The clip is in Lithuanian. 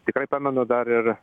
tikrai pamenu dar ir